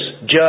judge